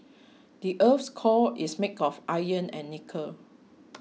the earth's core is made of iron and nickel